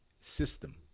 system